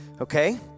okay